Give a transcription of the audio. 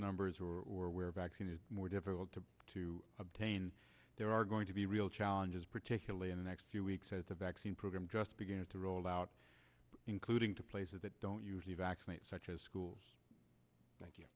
numbers or where vaccine is more difficult to to obtain there are going to be real challenges particularly in the next few weeks at the vaccine program just beginning to roll out including to places that don't usually vaccinate such as schools